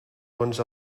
doncs